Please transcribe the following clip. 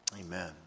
Amen